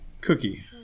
Cookie